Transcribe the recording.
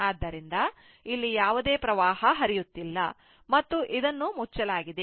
ಆದ್ದರಿಂದ ಇಲ್ಲಿ ಯಾವುದೇ ವಿದ್ಯುತ್ ಹರಿಯುತ್ತಿಲ್ಲ ಮತ್ತು ಇದನ್ನು ಮುಚ್ಚಲಾಗಿದೆ